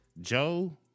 joe